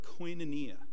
koinonia